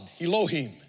Elohim